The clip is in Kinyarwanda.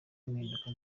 impinduka